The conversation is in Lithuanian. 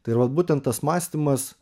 tai ir vat būtent tas mąstymas